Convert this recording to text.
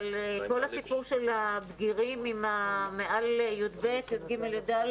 אבל כל הסיפור של הבגירים מעל י"ב, י"ג, י"ד,